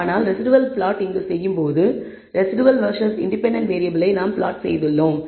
ஆனால் residual plot இங்கு செய்யும்போது ரெஸிடுவல் வெர்சஸ் இன்டிபெண்டண்ட் வேறியபிளை நாம் பிளாட் செய்துள்ளோம்